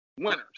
winners